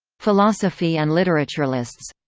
philosophy and literaturelists